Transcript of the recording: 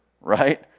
right